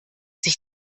sich